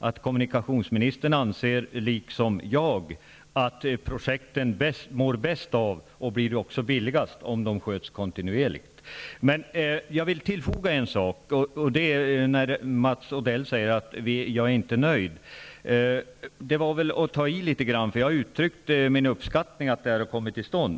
som kommunikationsministern sade på ett välvilligt sätt innebär det att han liksom jag anser att projekten mår bäst av, och blir billigast, om de sköts kontinuerligt. Jag vill emellertid tillfoga en sak. Mats Odell sade att jag inte är nöjd. Men det var att ta i litet grand. Jag uttryckte min uppskattning över att detta har kommit till stånd.